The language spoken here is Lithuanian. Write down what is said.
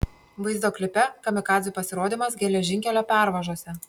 vaizdo klipe kamikadzių pasirodymas geležinkelio pervažose